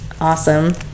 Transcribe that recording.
Awesome